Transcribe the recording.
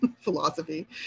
philosophy